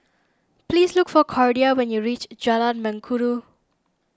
please look for Cordia when you reach Jalan Mengkudu